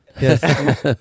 yes